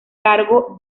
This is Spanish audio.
cargo